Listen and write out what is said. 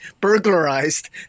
burglarized